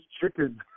chicken